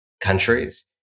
countries